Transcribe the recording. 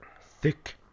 Thick